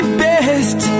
best